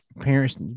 parents